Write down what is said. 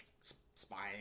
spying